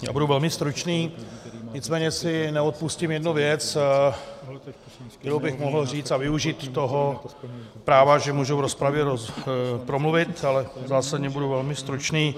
Já budu velmi stručný, nicméně si neodpustím jednu věc, kterou bych mohl říct, a využít toho práva, že můžu v rozpravě promluvit, ale zásadně budu velmi stručný.